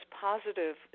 positive